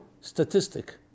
statistic